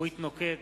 אורית נוקד,